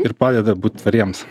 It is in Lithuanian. ir padeda būt tvariems